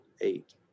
eight